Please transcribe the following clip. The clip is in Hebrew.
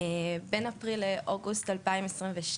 (באמצעות מצגת) בין אפריל לאוגוסט 2022,